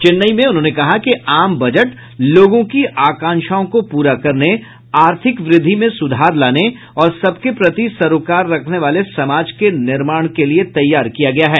चेन्नई में उन्होंने कहा कि आम बजट लोगों की आकांक्षाओं को पूरा करने आर्थिक वृद्धि में सुधार लाने और सबके प्रति सरोकार रखने वाले समाज के निर्माण के लिए तैयार किया गया है